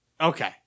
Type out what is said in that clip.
Okay